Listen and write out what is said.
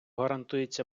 гарантується